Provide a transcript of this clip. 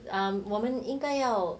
um 我们应该要